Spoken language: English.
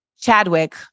Chadwick